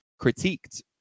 critiqued